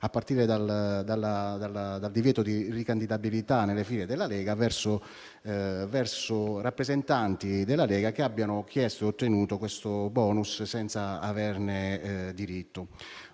a partire dal divieto di ricandidabilità dei rappresentanti della Lega che abbiano chiesto e ottenuto questo *bonus* senza averne diritto.